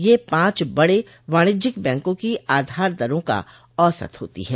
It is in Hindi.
यह पांच बडे वाणिज्यिक बैंकों की आधार दरों का औसत होती है